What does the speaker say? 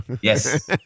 Yes